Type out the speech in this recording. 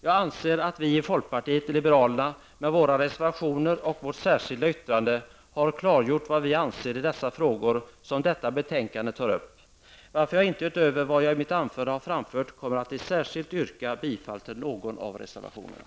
Jag anser att vi i folkpartiet liberalerna med våra reservationer och vårt särskilda yttrande har klargjort vad vi anser i de frågor som detta betänkande tar upp. Därför kommer jag inte att särskilt yrka bifall till någon av reservationerna.